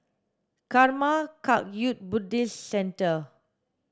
Karma Kagyud Buddhist Centre